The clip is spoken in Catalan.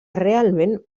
realment